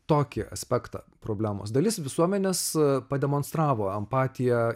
tokį aspektą problemos dalis visuomenės pademonstravo empatiją